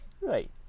right